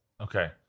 Okay